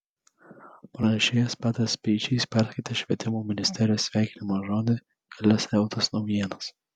pranešėjas petras speičys perskaitė švietimo ministerijos sveikinimo žodį kelias eltos naujienas